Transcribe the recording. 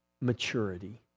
maturity